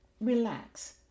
relax